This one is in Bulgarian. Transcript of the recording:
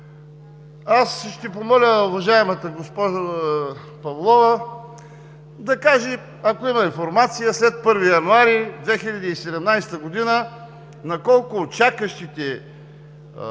Аз ще помоля уважаемата госпожа Павлова да каже, ако има информация, след 1 януари 2017 г. на кого от чакащите